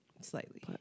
Slightly